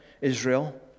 Israel